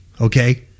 okay